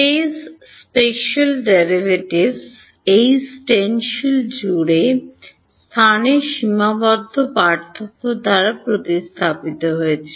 space spatial derivatives এই stencil জুড়ে স্থানের সীমাবদ্ধ পার্থক্য দ্বারা প্রতিস্থাপিত হয়েছে